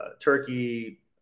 Turkey